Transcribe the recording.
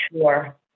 sure